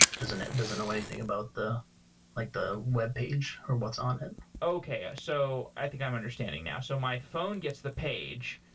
it doesn't know anything about the like the webpage, or what's on it okay. so i think i'm understanding now. so my phone gets the page,